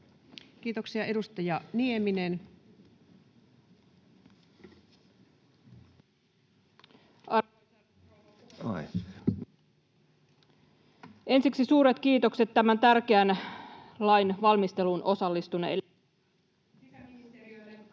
Arvoisa rouva puhemies! Ensiksi suuret kiitokset tämän tärkeän lain valmisteluun osallistuneille: